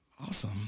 Awesome